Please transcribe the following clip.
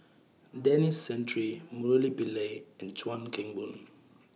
Denis Santry Murali Pillai and Chuan Keng Boon